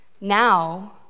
now